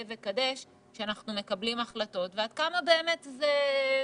וקדש" כשאנחנו מקבלים החלטות ועד כמה באמת זה אמיתי.